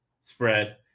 spread